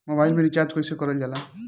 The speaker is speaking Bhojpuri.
मोबाइल में रिचार्ज कइसे करल जाला?